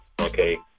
Okay